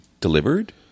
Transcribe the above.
delivered